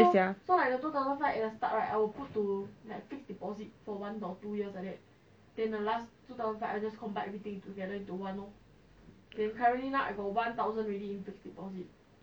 !aiyo! this kind of thing right I think is 急不来 [one] nevermind lah